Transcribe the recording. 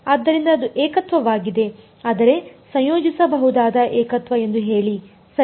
ಆದ್ದರಿಂದ ಅದು ಏಕತ್ವವಾಗಿದೆ ಆದರೆ ಸಂಯೋಜಿಸಬಹುದಾದ ಏಕತ್ವ ಎಂದು ಹೇಳಿ ಸರಿ